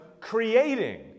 creating